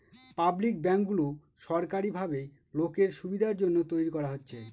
public ব্যাঙ্কগুলো সরকারি ভাবে লোকের সুবিধার জন্য তৈরী করা হচ্ছে